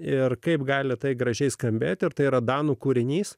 ir kaip gali tai gražiai skambėti ir tai yra danų kūrinys